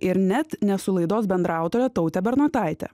ir net nesu laidos bendraautorė tautė bernotaitė